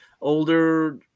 older